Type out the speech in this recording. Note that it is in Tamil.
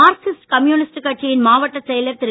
மார்க்சிஸ்ட் கம்யூனிஸ்ட் கட்சியின் மாவட்ட செயலர் திரு